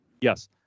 Yes